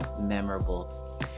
memorable